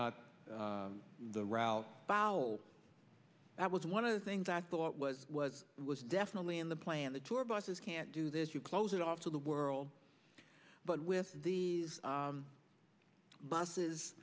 not the route foul that was one of the things i thought was was it was definitely in the play on the tour buses can't do this you close it off to the world but with these buses